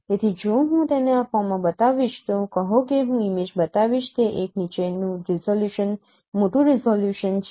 તેથી જો હું તેને આ ફોર્મમાં બતાવીશ તો કહો કે હું ઇમેજ બતાવીશ તે એક નીચેનું રિઝોલ્યુશન મોટું રિઝોલ્યુશન છે